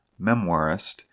memoirist